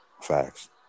Facts